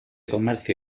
comercio